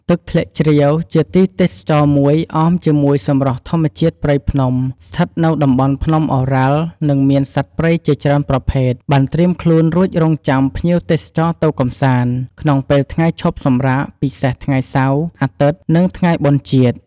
ទឹកធ្លាក់ជ្រាវ ជាទីទេសចរណ៍មួយ អមជាមួយសម្រស់ធម្មជាតិព្រៃភ្នំស្ថិតនៅតំបន់ភ្នំឱរ៉ាល់ និងមានសត្វព្រៃជាច្រើនប្រភេទ បានត្រៀមខ្លួនរួចរង់ចាំភ្ញៀវទេសចរទៅកម្សាន្ត ក្នុងពេលថ្ងៃឈប់សម្រាកពិសេសថ្ងៃសៅរ៍ អាទិត្យនិងថ្ងៃបុណ្យជាតិ ។